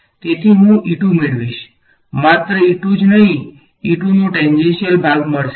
તેથી હું મેળવીશ પણ માત્ર જ નહી મને નો ટેંજેંશીયલ ભાગ મળશે